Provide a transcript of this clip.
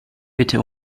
bitte